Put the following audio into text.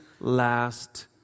last